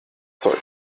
zeug